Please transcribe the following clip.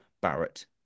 Barrett